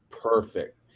perfect